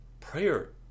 prayer